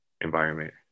environment